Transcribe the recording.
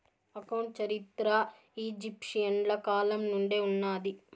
account చరిత్ర ఈజిప్షియన్ల కాలం నుండే ఉన్నాది